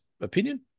opinion